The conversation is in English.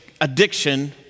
addiction